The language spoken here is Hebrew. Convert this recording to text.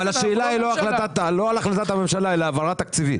השאלה היא לא על החלטת הממשלה אלא זו העברה תקציבית.